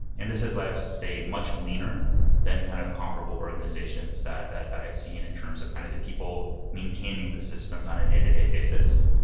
and this has let us stay much leaner than kind of comparable organizations that that i've seen in terms of kind of the people maintaining the systems on a day-to-day basis.